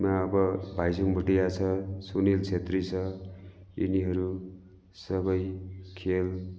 मा अब भाइचुङ भोटिया छ सुनिल छेत्री छ यिनीहरू सबै खेल